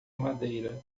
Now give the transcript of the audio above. madeira